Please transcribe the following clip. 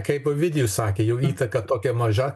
kaip ovidijus sakė jų įtaka tokia maža